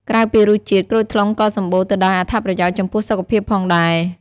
ក្រៅពីរសជាតិ ក្រូចថ្លុងក៏សម្បូរទៅដោយអត្ថប្រយោជន៍ចំពោះសុខភាពផងដែរ។